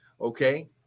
okay